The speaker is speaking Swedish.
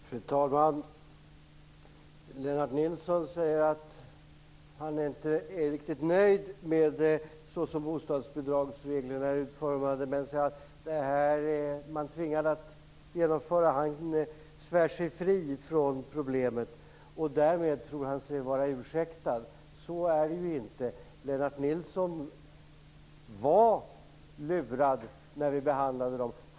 Fru talman! Lennart Nilsson säger att han inte är riktigt nöjd med bostadsbidragsreglernas utformning men svär sig fri från problemet genom att säga att man är tvingad att genomföra den här politiken. Därmed tror han sig vara ursäktad. Så är det ju inte. Lennart Nilsson var lurad när vi behandlade dessa regler.